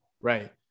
Right